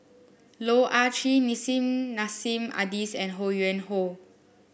Loh Ah Chee Nissim Nassim Adis and Ho Yuen Hoe